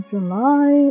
July